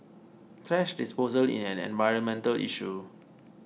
thrash disposal is an environmental issue